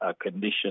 condition